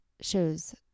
shows